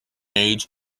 age